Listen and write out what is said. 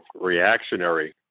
reactionary